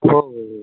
हो हो हो